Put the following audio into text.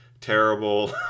terrible